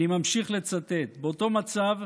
באותו מצב,